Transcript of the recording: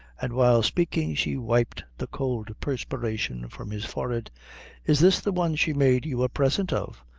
and while speaking she wiped the cold perspiration from his forehead. is this the one she made you a present of,